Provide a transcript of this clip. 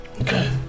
Okay